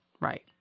right